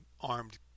armed